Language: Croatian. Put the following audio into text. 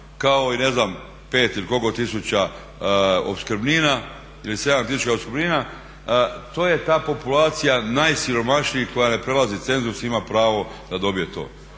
kao i ne znam 5 ili koliko tisuća opskrbnina ili 7000 opskrbnina. To je ta populacija najsiromašnijih koja ne prelazi cenzus, ima pravo da dobije to.